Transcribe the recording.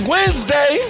Wednesday